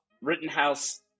Rittenhouse